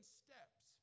steps